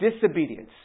disobedience